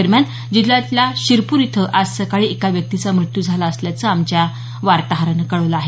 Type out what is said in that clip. दरम्यान जिल्ह्यातल्या शिरपूर इथं आज सकाळी एका व्यक्तीचा मृत्यू झाला असल्याचं आमच्या वार्ताहरानं कळवलं आहे